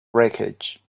wreckage